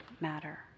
matter